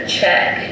check